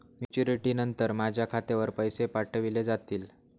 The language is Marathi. मॅच्युरिटी नंतर माझ्या खात्यावर पैसे पाठविले जातील?